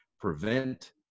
prevent